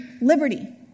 Liberty